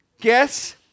Guess